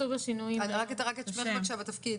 בבקשה.